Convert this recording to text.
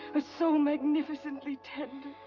a soul magnificently tender.